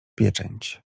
pieczęć